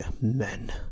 men